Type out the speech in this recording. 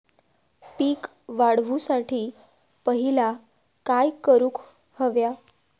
पीक वाढवुसाठी पहिला काय करूक हव्या?